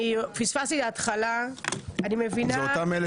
פספסתי את התחלת הישיבה --- אלה אותם אלה